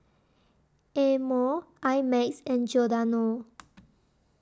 Amore I Max and Giordano